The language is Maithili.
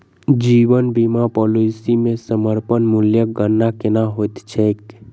जीवन बीमा पॉलिसी मे समर्पण मूल्यक गणना केना होइत छैक?